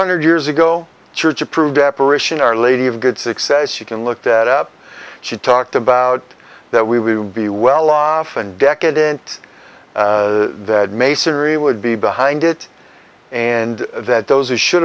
hundred years ago church approved reparation our lady of good success you can look that up she talked about that we would be well off and decadent that masonry would be behind it and that those who should